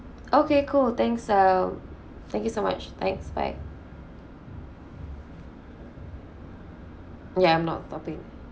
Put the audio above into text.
okay cool thanks um thank you so much thanks bye ya I'm not topping